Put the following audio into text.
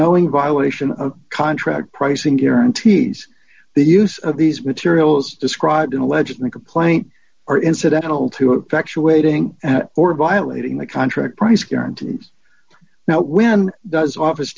knowing violation of contract pricing guaranteed the use of these materials described in allegedly complaint or incidental to effectuating or violating the contract price guarantees now when does office